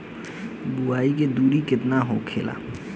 बुआई के दूरी केतना होखेला?